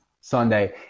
Sunday